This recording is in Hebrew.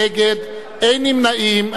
נגד 54, ואין נמנעים.